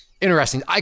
interesting